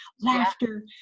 laughter